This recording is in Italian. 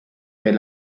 per